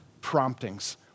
promptings